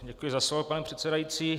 Děkuji za slovo, pane předsedající.